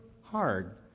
hard